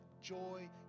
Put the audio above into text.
joy